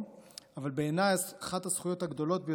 אבל בעיניי, אחת הזכויות הגדולות ביותר שלו היא